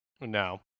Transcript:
No